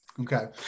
Okay